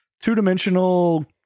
two-dimensional